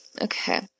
Okay